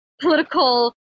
political